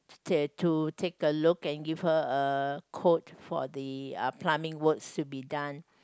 to to take a look and give her a quote for the uh plumbing works to be done